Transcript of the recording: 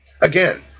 Again